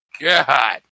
God